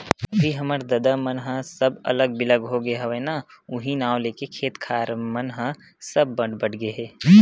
अभी हमर ददा मन ह सब अलग बिलग होगे हवय ना उहीं नांव लेके खेत खार मन ह सब बट बट गे हे